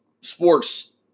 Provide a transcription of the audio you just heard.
sports